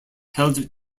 held